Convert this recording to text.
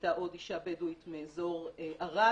היתה עוד אישה בדואית מאזור ערד.